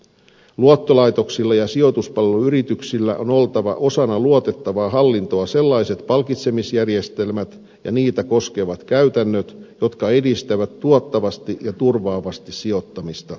luottolaitoksilla ja sijoituspalveluyrityksillä on oltava osana luotettavaa hallintoa sellaiset palkitsemisjärjestelmät ja niitä koskevat käytännöt jotka edistävät tuottavasti ja turvaavasti sijoittamista